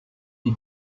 die